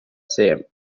same